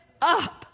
up